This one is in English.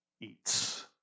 eats